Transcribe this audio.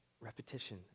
repetition